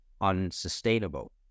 unsustainable